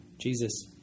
Jesus